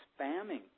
spamming